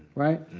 right?